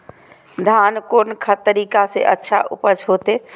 धान कोन तरीका से अच्छा उपज होते?